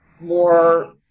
more